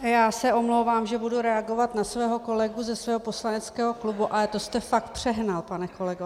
Já se omlouvám, že budu reagovat na svého kolegu ze svého poslaneckého klubu, ale to jste fakt přehnal, pane kolego.